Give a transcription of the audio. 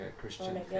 Christian